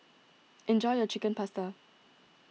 enjoy your Chicken Pasta